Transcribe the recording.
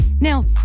Now